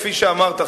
כפי שאמרת,